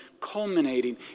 culminating